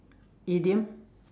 idiom